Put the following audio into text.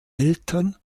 eltern